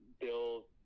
Bill